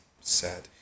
Sad